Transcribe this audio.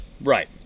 Right